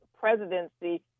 presidency